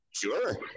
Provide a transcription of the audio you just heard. Sure